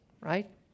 right